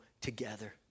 together